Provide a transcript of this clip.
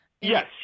Yes